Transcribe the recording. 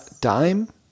dime